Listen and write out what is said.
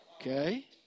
okay